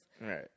Right